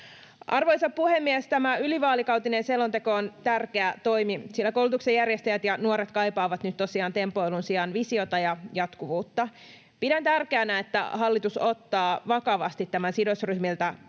Arvoisa puhemies! Tämä ylivaalikautinen selonteko on tärkeä toimi, sillä koulutuksen järjestäjät ja nuoret kaipaavat nyt tosiaan tempoilun sijaan visiota ja jatkuvuutta. Pidän tärkeänä, että hallitus ottaa vakavasti tämän sidosryhmiltä